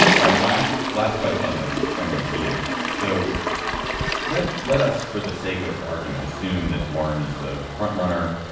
all right. last last question on this. emily to you so let let us for the sake of argument assume that warren is the front runner.